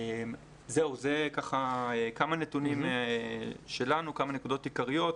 אלה כמה נתונים שלנו, כמה נקודות עיקריות.